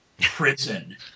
prison